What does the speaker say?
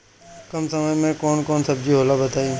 कम समय में कौन कौन सब्जी होला बताई?